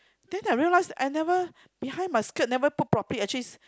then I realize I never behind my skirt never put properly actually is